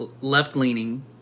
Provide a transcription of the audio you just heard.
left-leaning